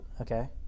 okay